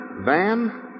Van